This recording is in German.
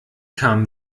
kam